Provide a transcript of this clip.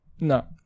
no